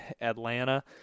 Atlanta